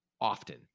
often